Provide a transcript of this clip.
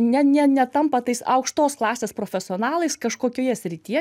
ne ne netampa tais aukštos klasės profesionalais kažkokioje srityje